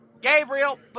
Gabriel